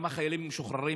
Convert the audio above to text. גם חיילים משוחררים,